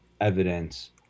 evidence